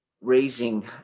raising